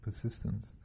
persistence